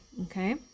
Okay